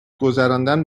گذراندن